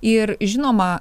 ir žinoma